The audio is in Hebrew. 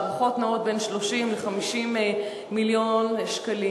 ההערכות נעות בין 30 ל-50 מיליון שקלים.